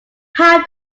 how